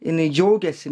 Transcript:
jinai džiaugiasi